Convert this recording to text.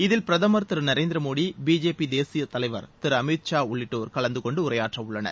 இதில் பிரதமர் திரு நரேந்திர மோடி பிஜேபி தேசிய தலைவர் திரு அமித் ஷா உள்ளிட்டோர் கலந்து கொண்டு உரையாற்றவுள்ளனர்